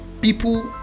people